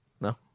no